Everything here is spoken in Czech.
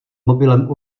mobilem